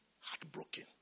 Heartbroken